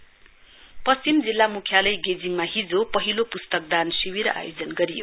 book donation पश्चिम जिल्ला मुख्यालय गेजिङमा हिजो पहिलो पुस्तक दान शिविर आयोजन गरियो